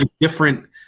different